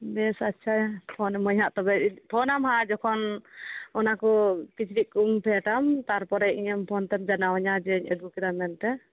ᱵᱮᱥ ᱟᱪᱪᱷᱟ ᱯᱷᱳᱱ ᱟᱹᱢᱟᱹᱧ ᱦᱟᱜ ᱛᱚᱵᱮ ᱯᱷᱳᱱ ᱟᱢ ᱦᱟᱜ ᱡᱚᱠᱷᱚᱱ ᱚᱱᱟ ᱠᱚ ᱠᱤᱪᱨᱤᱡ ᱠᱚᱢ ᱯᱷᱮᱰᱟ ᱛᱟᱨᱯᱚᱨᱮ ᱤᱧᱮᱢ ᱯᱷᱳᱱ ᱛᱮᱢ ᱡᱟᱱᱟᱣ ᱟᱹᱧᱟᱹ ᱡᱮ ᱟᱹᱜᱩ ᱠᱮᱫᱟᱹᱧ ᱢᱮᱱᱛᱮ